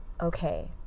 okay